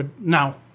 now